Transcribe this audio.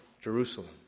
Jerusalem